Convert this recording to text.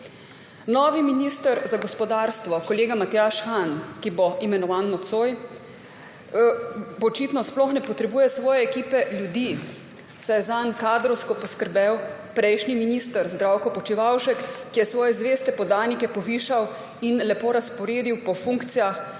Novi minister za gospodarstvo kolega Matjaž Han, ki bo imenovan nocoj, pa očitno sploh ne potrebuje svoje ekipe ljudi, saj je zanj kadrovsko poskrbel prejšnji minister Zdravko Počivalšek, ki je svoje zveste podanike povišal in lepo razporedil po funkcijah.